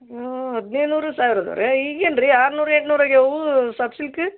ಹ್ಞೂ ಹದಿನೈದು ನೂರು ಸಾವಿರದೋರಾ ಈಗೇನು ರೀ ಆರುನೂರು ಎಂಟುನೂರು ಆಗೇವು ಸಾಫ್ಟ್ ಸಿಲ್ಕ